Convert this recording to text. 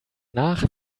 nach